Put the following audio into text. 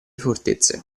fortezze